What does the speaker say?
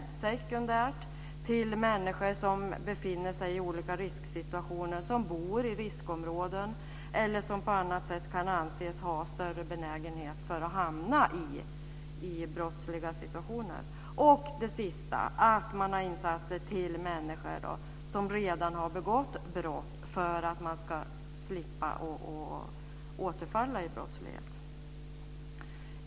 Sekundärt krävs insatser för människor som befinner sig i olika risksituationer, t.ex. som bor i riskområden eller på annat sätt kan anses ha större benägenhet att hamna i brottsliga situationer. Slutligen krävs insatser för att människor som redan har begått brott ska slippa återfalla i brottslighet.